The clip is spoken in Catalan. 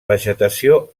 vegetació